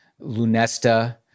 Lunesta